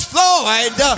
Floyd